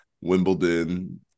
Wimbledon